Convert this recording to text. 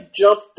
jump